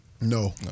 No